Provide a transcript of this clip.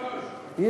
אם